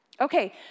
Okay